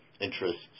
interests